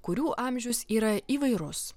kurių amžius yra įvairus